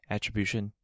Attribution